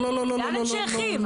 לאן הם שייכים?